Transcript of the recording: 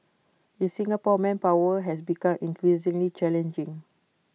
in Singapore manpower has become increasingly challenging